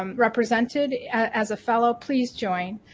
um represented as a fellow, please join.